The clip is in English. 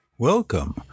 Welcome